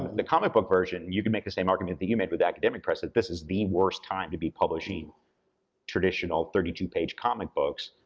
the comic book version, you could make the same argument that you made with the academic press, that this is the worst time to be publishing traditional thirty two page comic books,